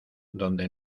donde